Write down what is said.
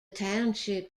township